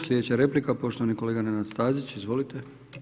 Sljedeća replika poštovani kolega Nenad Stazić, izvolite.